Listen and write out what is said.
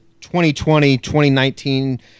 2020-2019